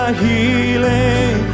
healing